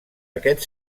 aquest